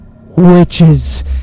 witches